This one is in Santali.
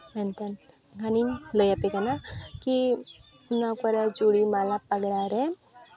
ᱢᱮᱱᱠᱷᱟᱱ ᱜᱷᱟᱱᱮᱧ ᱞᱟᱹᱭᱟᱯᱮ ᱠᱟᱱᱟ ᱠᱤ ᱚᱱᱟ ᱠᱚᱨᱮ ᱪᱩᱲᱤ ᱢᱟᱞᱟ ᱯᱟᱜᱽᱨᱟ ᱨᱮ